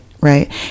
right